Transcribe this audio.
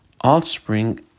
offspring